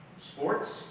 sports